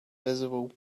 visible